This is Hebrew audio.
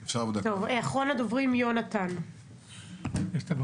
טוב, אחרון הדוברים יהונתן קוזניץ.